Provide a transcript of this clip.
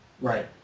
Right